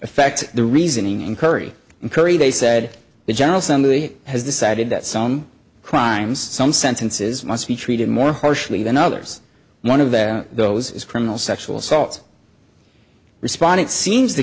affect the reasoning in curry and curry they said the general assembly has decided that some crimes some sentences must be treated more harshly than others one of the those is criminal sexual assault respondent seems to